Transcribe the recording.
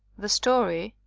the story,